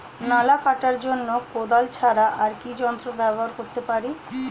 নালা কাটার জন্য কোদাল ছাড়া আর কি যন্ত্র ব্যবহার করতে পারি?